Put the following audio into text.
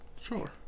Sure